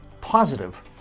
positive